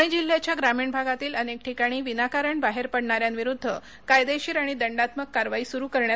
प्णे जिल्ह्याच्या ग्रामीण भागातील अनेक ठिकाणी विनाकारण बाहेर पडणाऱ्यांविरुद्ध कायदेशीर आणि दडात्मक कारवाई सुरु करण्यात आली आहे